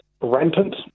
rampant